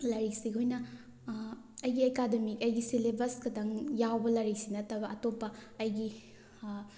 ꯂꯥꯏꯔꯤꯛꯁꯤ ꯑꯩꯍꯣꯏꯅ ꯑꯩꯒꯤ ꯑꯦꯀꯥꯗꯃꯤꯛ ꯑꯩꯒꯤ ꯁꯤꯜꯂꯦꯕꯁ ꯈꯇꯪ ꯌꯥꯎꯕ ꯂꯥꯏꯔꯤꯛꯁꯤ ꯅꯠꯇꯕ ꯑꯇꯣꯞꯄ ꯑꯩꯒꯤ